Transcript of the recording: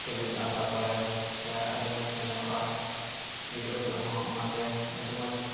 ᱪᱷᱩᱵᱤ ᱠᱚ ᱟᱠᱟ ᱠᱚᱨᱮ ᱥᱮ ᱟᱹᱰᱤ ᱢᱚᱡᱽ ᱦᱚᱸ ᱧᱮᱞᱚᱜᱼᱟ ᱜᱤᱫᱽᱨᱟᱹ ᱠᱩᱡ ᱦᱚᱸ ᱚᱱᱟ ᱛᱮ ᱟᱹᱰᱤ ᱢᱚᱡᱽ